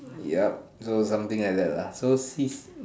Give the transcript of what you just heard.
yup so something like that lah so if